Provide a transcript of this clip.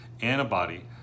antibody